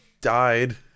died